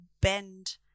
bend